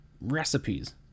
recipes